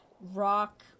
rock